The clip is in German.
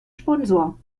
sponsor